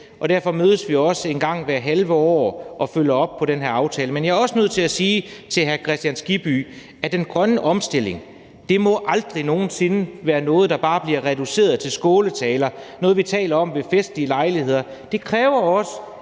derfor også en gang hvert halve år og følger op på den her aftale. Men jeg er også nødt til at sige til hr. Hans Kristian Skibby, at den grønne omstilling aldrig nogen sinde bare må være noget, der bliver reduceret til skåltaler, eller noget, som vi taler om ved festlige lejligheder,